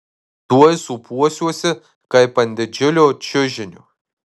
tuoj sūpuosiuosi kaip ant didžiulio čiužinio